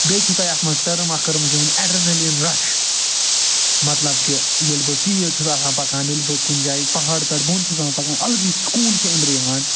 بیٚیہِ چھُو تۄہہِ اَتھ منٛز ٹٔرٕم اَکھ کٔرمٕژ اٮ۪ڈَرنٕلیٖن رَش مطلب کہ ییٚلہِ بہٕ تیز چھُس آسان پکان ییٚلہِ بہٕ کُنہِ جایہِ پہاڑ پٮ۪ٹھ بوٚن چھُس آسان پکان اَلگٕے سُکوٗن چھِ أنٛدٕرٕ یِوان